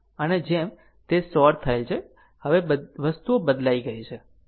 અને જેમ તે શોર્ટ થયેલ છે હવે વસ્તુઓ બદલાઈ ગઈ છે